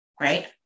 right